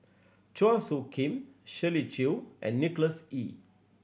Chua Soo Khim Shirley Chew and Nicholas Ee